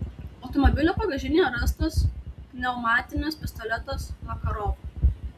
automobilio bagažinėje rastas pneumatinis pistoletas makarov